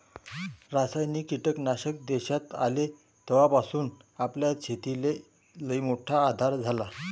रासायनिक कीटकनाशक देशात आले तवापासून आपल्या शेतीले लईमोठा आधार झाला